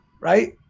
right